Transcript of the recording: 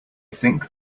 think